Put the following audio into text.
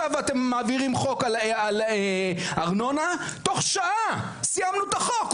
אתם מעבירים חוק על ארנונה תוך שעה סיימנו את החוק,